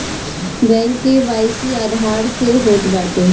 bank KYC Aadhaar से होत बाटे